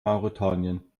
mauretanien